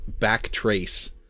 backtrace